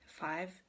five